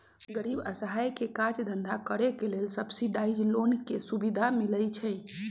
गरीब असहाय के काज धन्धा करेके लेल सब्सिडाइज लोन के सुभिधा मिलइ छइ